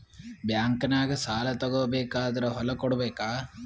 ಬ್ಯಾಂಕ್ನಾಗ ಸಾಲ ತಗೋ ಬೇಕಾದ್ರ್ ಹೊಲ ಕೊಡಬೇಕಾ?